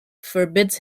forbids